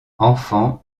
enfant